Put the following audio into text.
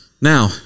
Now